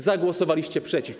Zagłosowaliście przeciw.